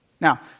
Now